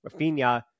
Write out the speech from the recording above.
Rafinha